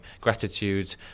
gratitude